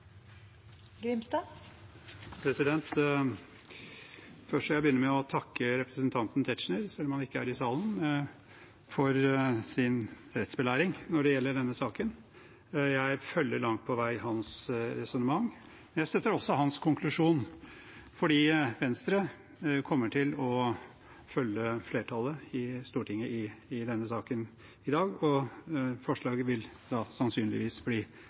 i salen, for hans rettsbelæring når det gjelder denne saken. Jeg følger langt på vei hans resonnement, men jeg støtter også hans konklusjon, for Venstre kommer til å følge flertallet i Stortinget i denne saken i dag, og forslaget vil da sannsynligvis bli